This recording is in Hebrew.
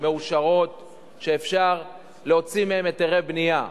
מאושרות שאפשר להוציא מהן היתרי בנייה.